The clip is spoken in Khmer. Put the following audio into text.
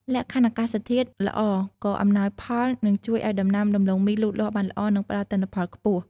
លក្ខខណ្ឌអាកាសធាតុល្អក៏អំណោយផលនិងជួយឱ្យដំណាំដំឡូងមីលូតលាស់បានល្អ និងផ្តល់ទិន្នផលខ្ពស់។